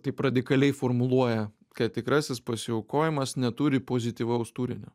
taip radikaliai formuluoja kad tikrasis pasiaukojimas neturi pozityvaus turinio